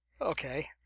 Okay